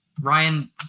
Ryan